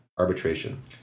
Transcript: arbitration